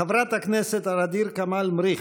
חברת הכנסת ע'דיר כמאל מריח.